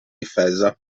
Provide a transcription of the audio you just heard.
difesa